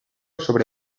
sobre